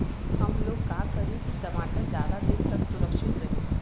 हमलोग का करी की टमाटर ज्यादा दिन तक सुरक्षित रही?